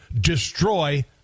destroy